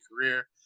career